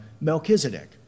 Melchizedek